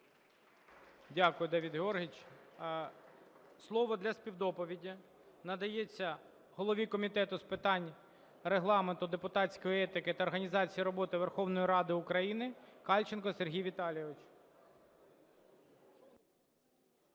Дякую, Давид Георгійович. Слово для співдоповіді надається голові Комітету з питань Регламенту, депутатської етики та організації роботи Верховної Ради України Кальченку Сергію Віталійовичу.